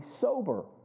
sober